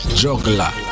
juggler